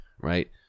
Right